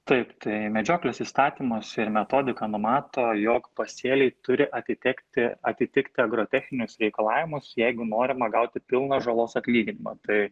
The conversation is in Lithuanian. taip tai medžioklės įstatymas ir metodika numato jog pasėliai turi atitekti atitikti agrotechninius reikalavimus jeigu norima gauti pilną žalos atlyginimą tai